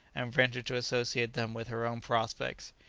and ventured to associate them with her own prospects?